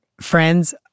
friends